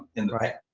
in the right.